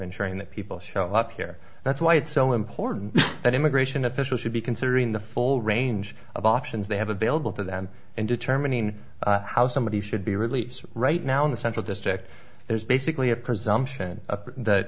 ensuring that people show up here that's why it's so important that image mission officials should be considering the full range of options they have available to them in determining how somebody should be released right now in the central district there's basically a